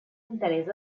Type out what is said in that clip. interès